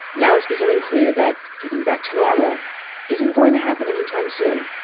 now it's becoming clear that getting back to normal isn't going to happen anytime soon.